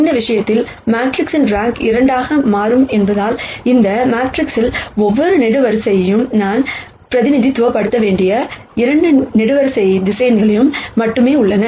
இந்த விஷயத்தில் மேட்ரிக்ஸின் ரேங்க் 2 ஆக மாறும் என்பதால் இந்த மேட்ரிக்ஸில் ஒவ்வொரு காலம்கள் நான் பிரதிநிதித்துவப்படுத்த வேண்டிய 2 காலம்கள் வெக்டர்ஸ் மட்டுமே உள்ளன